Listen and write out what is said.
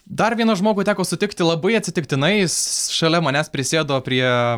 dar vieną žmogų teko sutikti labai atsitiktinai jis šalia manęs prisėdo prie